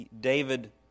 David